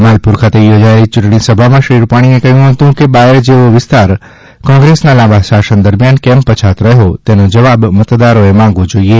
માલપુર ખાતે યોજાયેલી યૂંટણીસભામાં શ્રી રૂપાણીએ કહ્યું હતું કે બાયડ જેવો વિસ્તાર કોંગ્રેસના લાંબા શાસન દરમિયાન કેમ પછાત રહ્યો તેનો જવાબ મતદારોએ માગવો જોઇએ